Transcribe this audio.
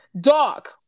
Dog